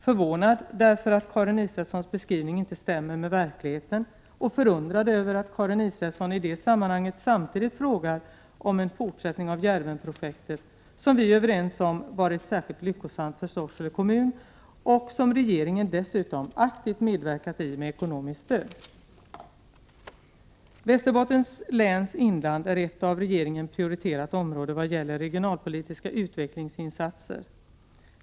Förvånad är jag därför att Karin Israelssons beskrivning inte stämmer med verkligheten, och förundrad är jag över att Karin Israelsson i det sammanhanget samtidigt frågar om en fortsättning av Djärvenprojektet, som vi är överens om varit särskilt lyckosamt för Sorsele kommun. Regeringen har ju dessutom aktivt medverkat i projektet med ekonomiskt stöd. Västerbottens läns inland är ett av regeringen prioriterat område vad gäller regionalpolitiska utvecklingsinsatser.